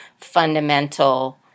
fundamental